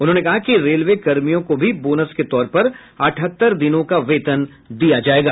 उन्होंने कहा कि रेलवे कर्मियों को भी बोनस के तौर पर अठहत्तर दिनों का वेतन दिया जायेगा